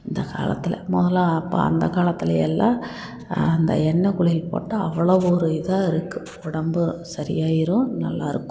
இந்த காலத்தில் முதல்லாம் அப்போ அந்த காலத்திலையெல்லாம் அந்த எண்ணெய் குளியல் போட்டால் அவ்வளோ ஒரு இதாக இருக்கும் உடம்பு சரியாகிரும் நல்லா இருக்கும்